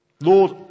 Lord